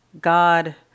God